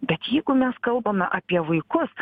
bet jeigu mes kalbame apie vaikus